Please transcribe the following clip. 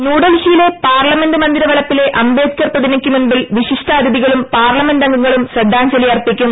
ന്യൂഡൽഹിയിലെ പാർലമെന്റ് മന്ദിര വളപ്പിലെ അംബേദ്കർ പ്രതിമയ്ക്ക് മുൻപിൽ വിശിഷ്ട അതിഥികളും പാർലമെന്റ് അംഗങ്ങളും ശ്രദ്ധാഞ്ജലി അർപ്പിക്കും